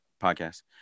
podcast